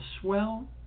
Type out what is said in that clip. swell